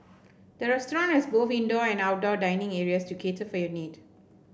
the restaurant has both indoor and outdoor dining areas to cater for your need